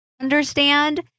understand